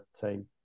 team